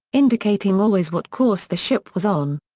indicating always what course the ship was on.